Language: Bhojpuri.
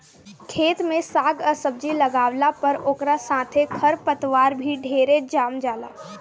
खेत में साग आ सब्जी लागावला पर ओकरा साथे खर पतवार भी ढेरे जाम जाला